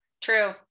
true